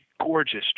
gorgeous